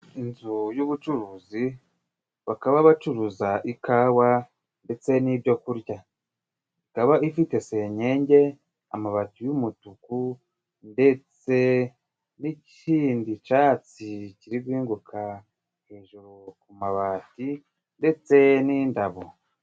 Inzu y'ubucuruzi bakaba bacuruza ikawa ndetse n'ibyo kurya, ikaba ifite senyenge, amabati y'umutuku, ndetse n'ikindi catsi kiri guhinguka hejuru ku mabati ndetse n'indabo.